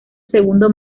segundo